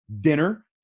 dinner